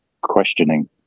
questioning